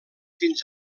fins